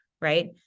right